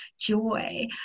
joy